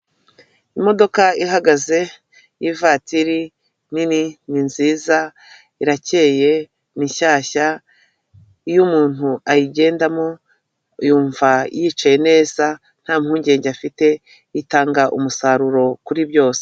Imodoka ihagaze y'ivatiri nini, ni nziza, irakeye, ni nshyashya, iyo umuntu ayigendamo yumva yicaye neza nta mpungenge afite, itanga umusaruro kuri byose.